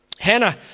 Hannah